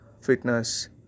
fitness